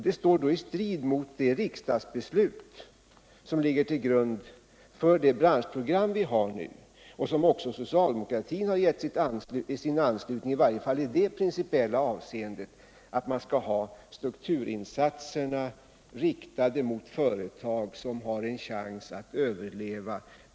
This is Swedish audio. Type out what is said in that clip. Det står då i strid mot det riksdagsbeslut som ligger till grund för det branschprogram vi har nu och som också socialdemokratin gett sin anslutning, i varje fall i det principiella avseendet att ha strukturinsatserna riktade mot företag som har en chans att överleva.